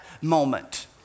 moment